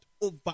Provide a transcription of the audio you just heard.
over